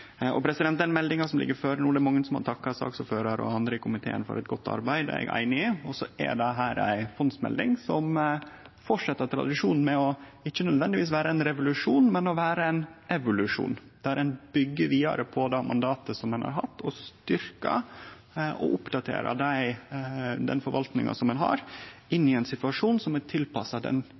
den meldinga som ligg føre no, er det mange som har takka saksordføraren og andre i komiteen for eit godt arbeid, og det er eg einig i. Det er ei fondsmelding som fortset tradisjonen med ikkje nødvendigvis å vere ein revolusjon, men å vere ein evolusjon – der ein byggjer vidare på det mandatet ein har hatt, og styrkjer og oppdaterer den forvaltninga ein har, inn i ein situasjon som er tilpassa den